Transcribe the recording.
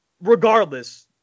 regardless